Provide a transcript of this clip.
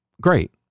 great